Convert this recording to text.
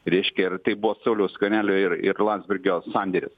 reiškia ir tai buvo sauliaus skvernelio ir ir landsbergio sandėris